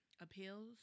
appeals